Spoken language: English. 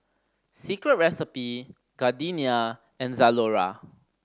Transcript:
Secret Recipe Gardenia and Zalora